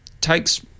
takes